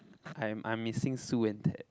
I am I am missing Sue and Ted